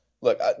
Look